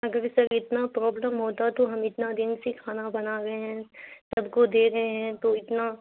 اگر سر اتنا پرابلم ہوتا تو ہم اتنا دن سے کھانا بنا رہے ہیں سب کو دے رہے ہیں تو اتنا